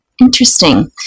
Interesting